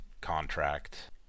contract